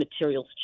materials